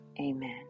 amen